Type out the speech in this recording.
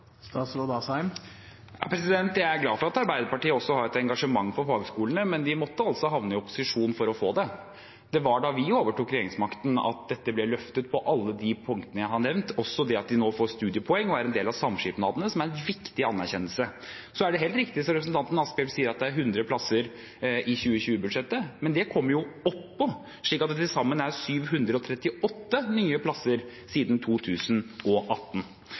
Jeg er glad for at også Arbeiderpartiet har et engasjement for fagskolene, men de måtte altså havne i opposisjon for å få det. Det var da vi overtok regjeringsmakten, at dette ble løftet på alle de punktene jeg har nevnt, også det at de nå får studiepoeng og er en del av samskipnadene, som er en viktig anerkjennelse. Så er det helt riktig, som representanten Asphjell sier, at det er 100 plasser i 2020-budsjettet. Men det kommer jo oppå, slik at det til sammen er 738 nye plasser siden 2018.